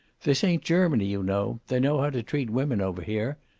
this ain't germany, you know. they know how to treat women over here.